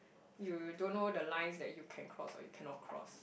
you don't know the lines that you can cross or you cannot cross